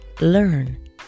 learn